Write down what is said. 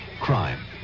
crime